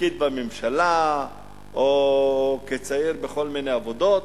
כפקיד בממשלה או כצעיר בכל מיני עבודות,